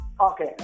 Okay